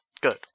good